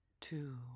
two